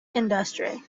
industry